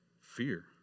fear